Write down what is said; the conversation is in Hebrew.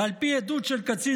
ועל פי עדות של קצין,